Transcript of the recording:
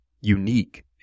unique